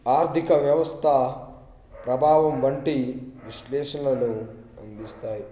ఆర్థిక వ్యవస్థ ప్రభావం వంటి విశ్లేషణలు అందిస్తాయి